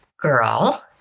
girl